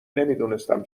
نمیدونستم